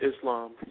Islam